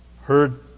heard